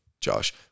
Josh